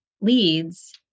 leads